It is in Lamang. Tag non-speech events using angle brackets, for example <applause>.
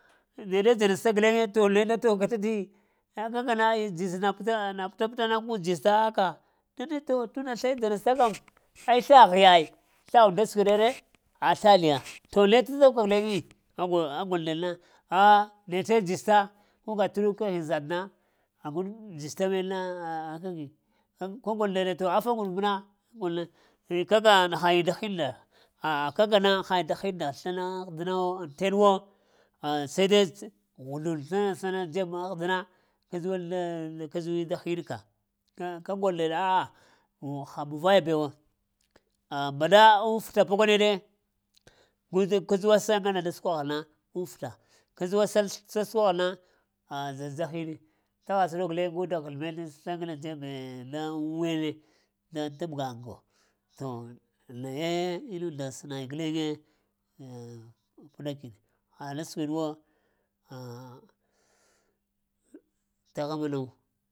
Neɗe dzanasta guleŋe ne da tawka todiyi akakana dzis na pəta na pəta pəta na gu dzesta aka nace tunda sləe dzanasta kəm ai sləghe ai sləgh dasəkwiɗe ree ah sləɗiya, to təwka guleyi a golo ah gol deɗna ah-ah netse dzista kabga təɗun keghi ay zədna nagu dzista meɗna akagi kəgol ndaneɗ to affa guɗuf məna kəgol na kaka hayiŋ da hin nda ah-ah kakana hayiŋ da hin nda sləna ahdinawo ay tenuwo saidai ghuzlul sləna dzeb ahdina kadzuwal da, da kadzuw da hin winka ah kagol ndeɗ a'a ha-haminaya bewo ah mabɗa aŋfuta pəkwaneɗe gula kadzuwa sləna da səkwoghana aŋfuta kadzuwa səkwoghna ah dzas-dza hini təgha ɓəɗok guleŋ gu ghəzl meɗ sləŋgne dzebe daŋ wene təbga ŋgo to naye innun-nda sənay guleŋe, <hesitation> <unintelligible> ha laskwiɗwo <hesitation> təghŋ manawo.